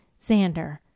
xander